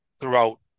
throughout